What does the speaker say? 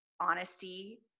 honesty